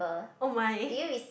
oh mine